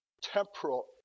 temporal